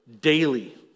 daily